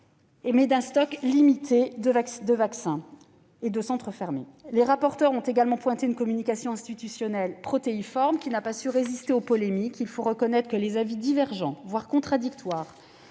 et d'un stock limité de vaccins. Par ailleurs, certains centres sont fermés. Les rapporteurs ont également pointé une communication institutionnelle protéiforme, qui n'a pas su résister aux polémiques. Il faut reconnaître que les avis divergents, voire contradictoires,